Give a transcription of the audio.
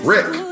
Rick